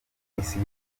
isi